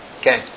Okay